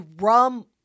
rum